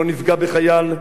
לא נפגע בחייל,